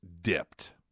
dipped